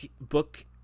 book